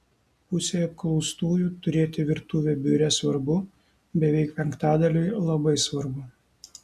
pusei apklaustųjų turėti virtuvę biure svarbu beveik penktadaliui labai svarbu